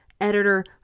editor